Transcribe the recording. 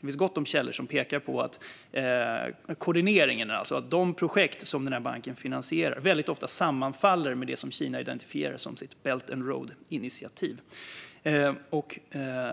Det finns gott om källor som pekar på att de projekt som banken finansierar ofta sammanfaller med det som Kina identifierar som sitt Belt and Road-initiativ.